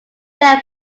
there